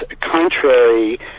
contrary